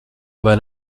vai